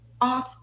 off